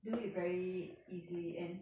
do it very easily and